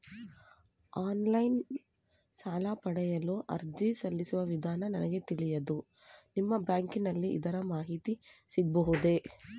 Online ಸಾಲ ಪಡೆಯಲು ಅರ್ಜಿ ಸಲ್ಲಿಸುವ ವಿಧಾನ ನನಗೆ ತಿಳಿಯದು ನಿಮ್ಮ ಬ್ಯಾಂಕಿನಲ್ಲಿ ಅದರ ಮಾಹಿತಿ ಸಿಗಬಹುದೇ?